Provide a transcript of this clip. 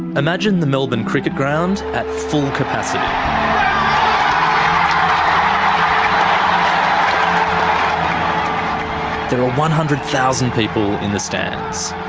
imagine the melbourne cricket ground at full capacity. um there are one hundred thousand people in the stands.